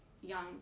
young